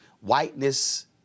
Whiteness